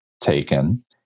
taken